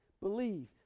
Believe